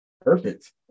Perfect